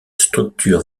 structure